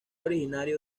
originario